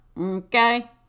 okay